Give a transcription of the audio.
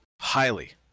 Highly